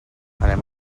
anem